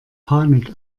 panik